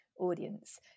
audience